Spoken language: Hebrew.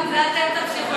אתם תמשיכו לעשות.